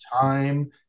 time